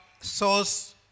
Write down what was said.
source